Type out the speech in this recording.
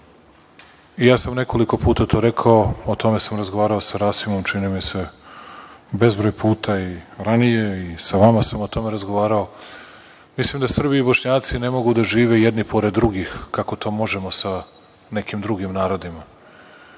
sam nekoliko puta to rekao, o tome sam razgovarao sa Rasimom čini mi se bezbroj puta i ranije i sa vama sam o tome razgovarao. Mislim da Srbi i Bošnjaci ne mogu da žive jedni pored drugih kako to možemo sa nekim drugim narodima.